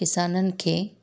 किसाननि खे